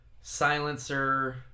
Silencer